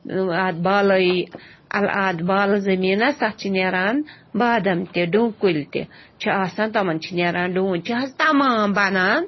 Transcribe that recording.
اَتھ بالٲیی اَتھ بالہٕ زٔمیٖنَس تَتھ چھِ نیران بادَم تہِ ڈوٗ کُلۍ تہِ چھِ آسان تِمَن چھِ نیران ڈوٗنۍ چھِ حظ تمام بَنان